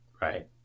Right